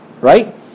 Right